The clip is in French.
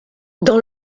dans